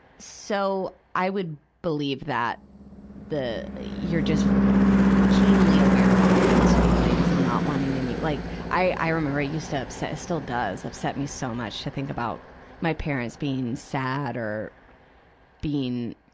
so, i would believe that the, you're just keenly aware of other people's feeling and not wanting any like, i, i remember it used to upset it still does upset me so much, to think about my parents being sad or being,